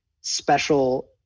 special